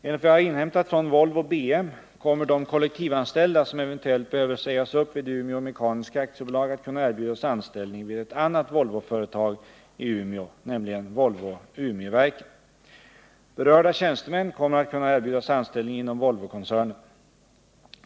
Enligt vad jag har inhämtat från Volvo BM kommer de kollektivanställda som eventuellt behöver sägas upp vid Umeå Mekaniska AB att kunna erbjudas anställning vid ett annat Volvoföretag i Umeå, nämligen Volvo Umeverken. Berörda tjänstemän kommer att kunna erbjudas anställning inom Volvokoncernen.